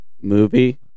movie